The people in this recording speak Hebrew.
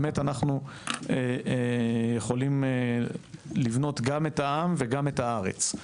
באמת, אנחנו יכולים לבנות גם את העם וגם את הארץ.